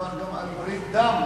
גם על ברית דם.